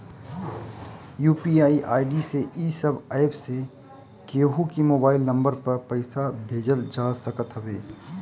UPI ID से इ सब एप्प से केहू के मोबाइल नम्बर पअ पईसा भेजल जा सकत हवे